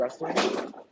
wrestling